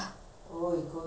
nonsense